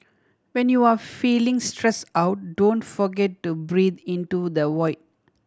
when you are feeling stress out don't forget to breathe into the void